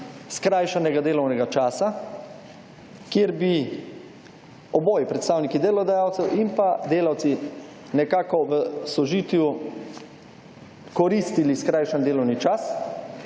skrajšanega delovnega časa, kjer bi oboji, predstavniki delodajalcev in pa delavci nekako v sožitju koristili skrajšan delovni čas